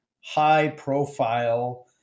high-profile